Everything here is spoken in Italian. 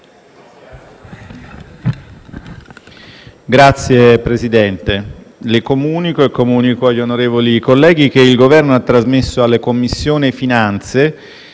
Signor Presidente, le comunico e comunico agli onorevoli colleghi che il Governo ha trasmesso alla Commissione finanze